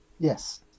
Yes